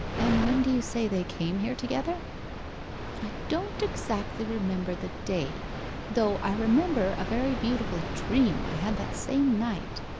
and when do you say they came here together i don't exactly remember the day though i remember a very beautiful dream i had that same night